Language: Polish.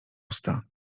usta